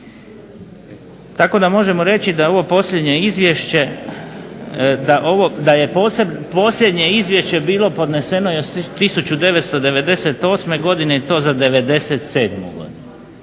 Tako da možemo reći da je posljednje izvješće bilo podneseno još 1998. godine i to za '97. godinu.